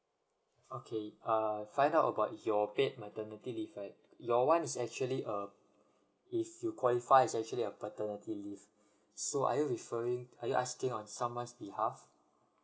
okay err find out about your paid maternity leave right yours one is actually uh if you qualify is actually a paternity leave so are you referring are you asking on someone's behalf